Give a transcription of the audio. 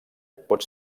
pot